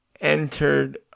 entered